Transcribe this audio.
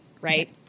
Right